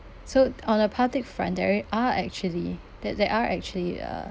so on a public front are actually there there are actually a